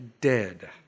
dead